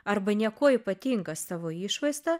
arba niekuo ypatingas savo išvaizda